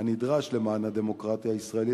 הנדרש למען הדמוקרטיה הישראלית,